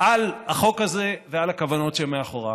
על החוק הזה ועל הכוונות שמאחוריו.